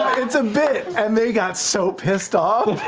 it's a bit, and they got so pissed off.